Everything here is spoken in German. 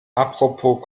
apropos